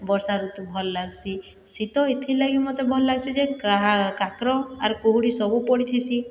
ବର୍ଷା ଋତୁ ଭଲ ଲାଗ୍ସି ଶୀତ ଏଥିଲାଗି ମୋତେ ଭଲ ଲାଗ୍ସି ଯେ କାହା କାକର ଆର୍ କୁହୁଡ଼ି ସବୁ ପଡ଼ିଥିସି